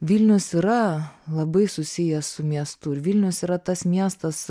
vilnius yra labai susijęs su miestu ir vilnius yra tas miestas